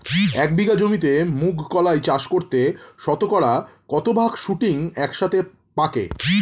এক বিঘা জমিতে মুঘ কলাই চাষ করলে শতকরা কত ভাগ শুটিং একসাথে পাকে?